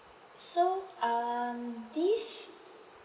so um this